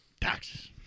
Taxes